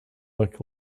look